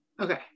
Okay